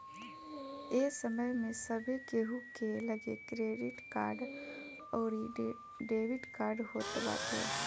ए समय में सभे केहू के लगे क्रेडिट कार्ड अउरी डेबिट कार्ड होत बाटे